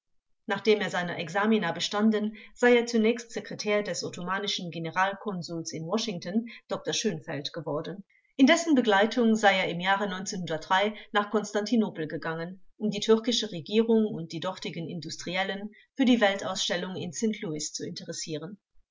nachdem er seine examina bestanden sei er zunächst sekretär des ottomanischen generalkonsuls in washington dr schönfeld geworden in dessen begleitung sei er im jahre nach konstantinopel gegangen um die türkische regierung und die dortigen industriellen für die weltausstellung in st louis zu interessieren